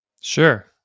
Sure